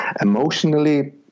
emotionally